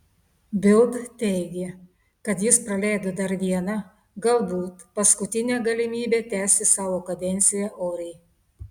bild teigė kad jis praleido dar vieną galbūt paskutinę galimybę tęsti savo kadenciją oriai